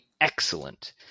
excellent